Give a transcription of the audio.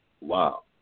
Wow